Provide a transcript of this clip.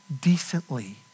decently